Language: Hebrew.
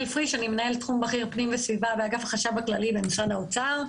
מנהלת תחום בכיר פנים וסביבה באגף החשב הכללי במשרד האוצר.